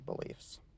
beliefs